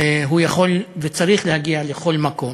הוא יכול וצריך להגיע לכל מקום.